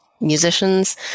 musicians